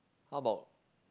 how about